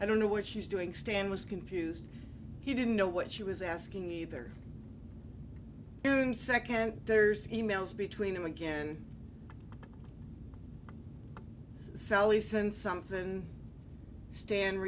i don't know what she's doing stan was confused he didn't know what she was asking either and second there's e mails between him again sally send something stan